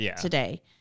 today